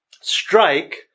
strike